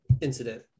incident